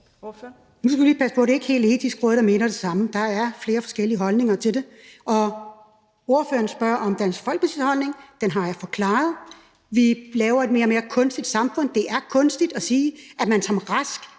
Nu skal vi lige passe på: Det er ikke hele Det Etiske Råd, der mener det samme. Der er flere forskellige holdninger til det. Ordføreren spørger om Dansk Folkepartis holdning. Den har jeg forklaret. Vi laver et mere og mere kunstigt samfund. Det er kunstigt at sige, at man som rask